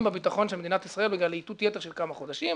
בביטחון של מדינת ישראל בגלל איתות יתר של כמה חודשים.